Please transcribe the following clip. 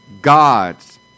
God's